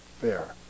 fair